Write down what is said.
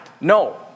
No